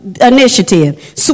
initiative